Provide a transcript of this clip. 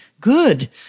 good